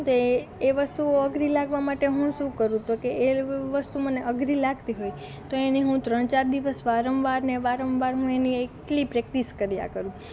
તે એ વસ્તુઓ અઘરી લાગવાં માટે હું શું કરું તો કે એ વસ્તુ મને અઘરી લાગતી હોય તો એને હું ત્રણ ચાર દિવસ વારંવાર ને વારંવાર હું એની એકલી પ્રેક્ટિસ કર્યાં કરું